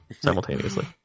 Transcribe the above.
simultaneously